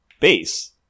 base